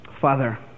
Father